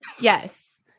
Yes